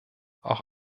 auch